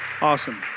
Awesome